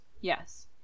Yes